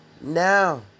now